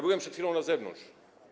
Byłem przed chwilą na zewnątrz.